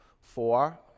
Four